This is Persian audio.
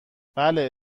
بله